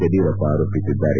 ಯಡಿಯೂರಪ್ಪ ಆರೋಪಿಸಿದ್ದಾರೆ